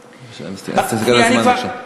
במסגרת הזמן, בבקשה.